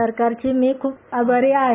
सरकारची मी खूप आभारी आहे